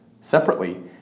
Separately